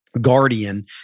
guardian